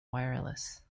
wireless